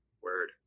Word